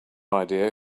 idea